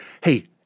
Hey